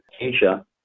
Asia